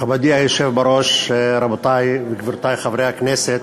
מכובדי היושב בראש, רבותי וגבירותי חברי הכנסת,